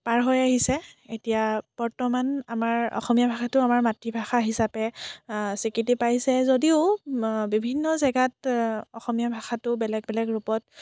পাৰ হৈ আহিছে এতিয়া বৰ্তমান আমাৰ অসমীয়া ভাষাটো আমাৰ মাতৃভাষা হিচাপে স্বীকৃতি পাইছে যদিও বিভিন্ন জেগাত অসমীয়া ভাষাটো বেলেগ বেলেগ ৰূপত